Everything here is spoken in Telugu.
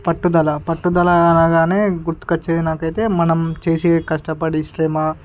పట్టుదల పట్టుదల అనగానే గుర్తుకు వచ్చేది నాకు అయితే మనం చేసే కష్టపడి శ్రమ